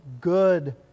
good